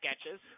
sketches